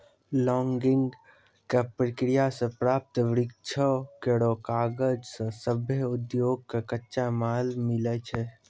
logging क प्रक्रिया सें प्राप्त वृक्षो केरो कागज सें सभ्भे उद्योग कॅ कच्चा माल मिलै छै